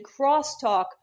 crosstalk